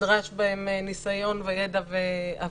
שנדרשים בהם ניסיון, ידע והבנה.